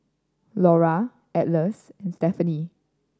Laura Atlas and Stephany